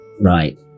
right